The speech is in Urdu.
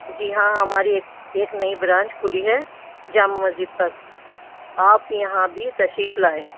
جی ہاں ہماری ایک ایک نئی برانچ کھلی ہے جامع مسجد پر آپ یہاں بھی تشریف لائیں